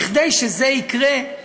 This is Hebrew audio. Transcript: כדי שזה יקרה,